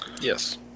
Yes